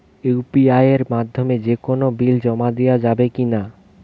UPI এর মাধ্যমে যে কোনো বিল জমা দেওয়া যাবে কি না?